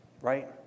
right